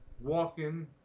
walking